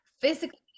physically